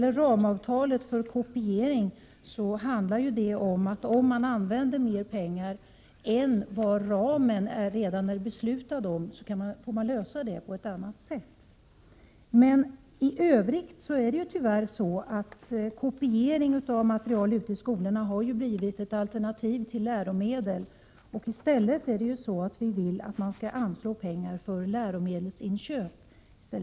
Ramavtalet för kopiering handlar ju om att om man använder mera pengar än vad den beslutade ramen anger så får man lösa detta på ett annat sätt. I övrigt är det tyvärr så att kopierat material ute i skolorna har blivit ett alternativ till läromedel. Vi vill att man i stället skall anslå pengar för läromedelsinköp.